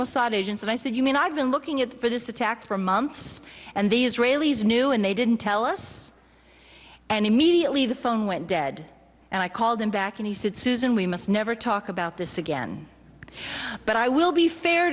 agents and i said you mean i've been looking at for this attack for months and the israelis knew and they didn't tell us and immediately the phone went dead and i called him back and he said susan we must never talk about this again but i will be fair